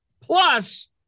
plus